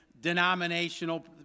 denominational